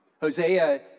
Hosea